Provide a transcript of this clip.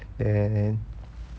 then